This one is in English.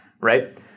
right